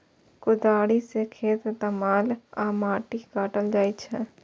कोदाड़ि सं खेत तामल आ माटि काटल जाइ छै